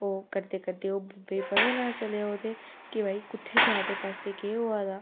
ओह् करदे करदे ओह् भी पता नेईं हा चलेआ ओह् ते कि भाई कुत्थै जा दे पैसे केह् होआ दा